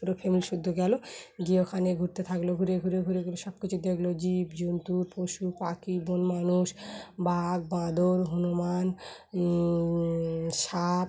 পুরো ফ্যামিলি শুধু গেলো গিয়ে ওখানে ঘুরতে থাকলো ঘুরে ঘুরে ঘুরে ঘুরে সব কিছু দেখলো জীব জন্তুর পশু পাখি বনমানুষ বাঘ বাঁদর হনুমান সাপ